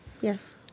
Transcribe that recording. Yes